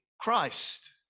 christ